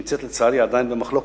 שנמצאת לצערי עדיין במחלוקת,